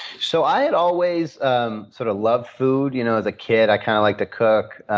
so i had always um sort of loved food. you know as a kid, i kind of liked to cook,